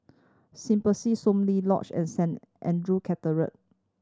Symbiosis Soon Lee Lodge and Saint Andrew Cathedral